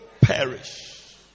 perish